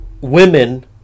women